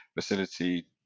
facility